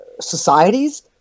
societies